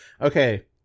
Okay